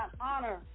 honor